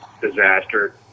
disaster